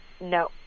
No